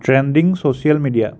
trending social media